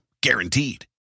Guaranteed